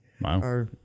Wow